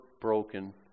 broken